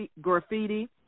graffiti